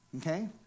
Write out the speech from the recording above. Okay